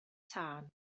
tân